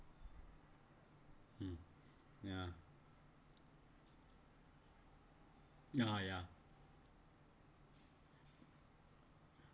hmm ya ya ya